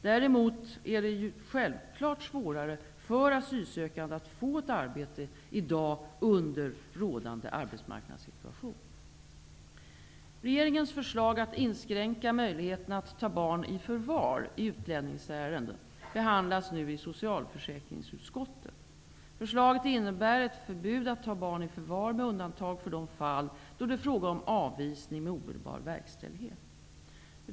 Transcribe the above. Däremot är det självklart svårare för asylsökande att få ett arbete i rådande arbetsmarknadssituation. Regeringens förslag att inskränka möjligheten att ta barn i förvar i utlänningsärenden behandlas nu i socialförsäkringsutskottet. Förslaget innebär ett förbud att ta barn i förvar med undantag för de fall då det är fråga om avvisning med omedelbar verkställighet.